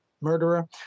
murderer